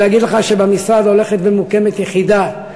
אני רוצה להגיד לך שבמשרד הולכת ומוקמת יחידה,